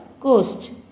coast